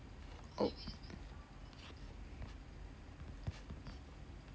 oh